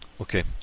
Okay